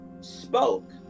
spoke